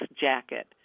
jacket